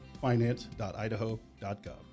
finance.idaho.gov